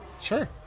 Sure